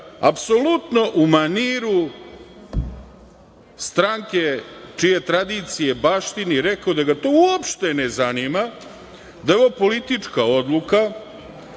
apsolutno u maniru stranke čije tradicije baštini rekao da ga to uopšte ne zanima, da je ovo politička odluka